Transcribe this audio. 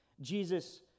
Jesus